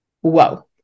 Whoa